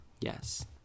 Yes